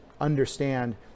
understand